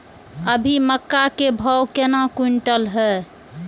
अभी मक्का के भाव केना क्विंटल हय?